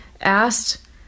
asked